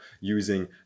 using